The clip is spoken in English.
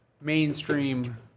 mainstream